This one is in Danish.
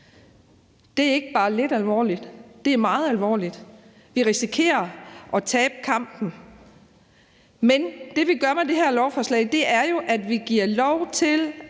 Det er ikke bare lidt alvorligt, det er meget alvorligt. Vi risikerer at tabe kampen. Men det, vi gør med det her lovforslag, er jo, at vi giver lov til,